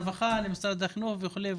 למשרד הרווחה וכולי וכולי.